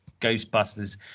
ghostbusters